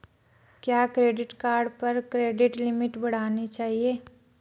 क्या credit card पर credit limit बढ़ानी चाहिए?